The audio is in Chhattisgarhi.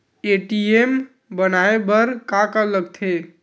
ए.टी.एम बनवाय बर का का लगथे?